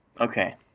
Okay